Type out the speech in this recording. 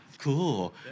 Cool